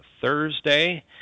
Thursday